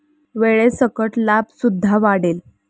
वेळेसकट लाभ सुद्धा वाढेल